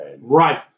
Right